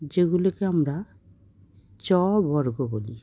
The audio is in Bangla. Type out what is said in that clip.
যেগুলিকে আমরা চ বর্গ বলি